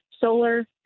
solar